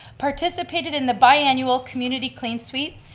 participating in the biannual community clean suite,